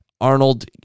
Arnold